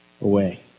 away